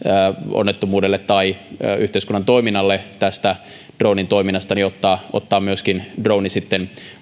onnettomuusvaaraa tai vaaraa yhteiskunnan toiminnalle dronen toiminnasta ottaa ottaa myöskin drone sitten